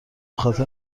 خاطر